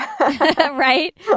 Right